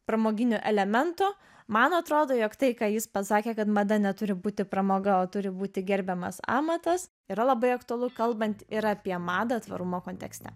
pramoginių elementų man atrodo jog tai ką jis pasakė kad mada neturi būti pramoga o turi būti gerbiamas amatas yra labai aktualu kalbant ir apie madą tvarumo kontekste